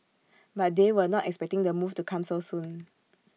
but they were not expecting the move to come so soon